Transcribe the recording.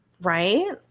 Right